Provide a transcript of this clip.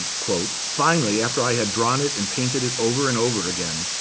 quote, finally, after i had drawn it and painted it over and over again,